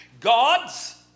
God's